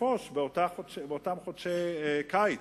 לנפוש באותם חודשי קיץ.